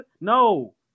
No